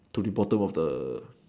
to the bottom of the